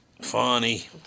funny